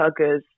huggers